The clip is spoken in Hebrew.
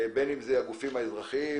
בין אם זה גופים אזרחיים,